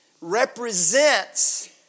represents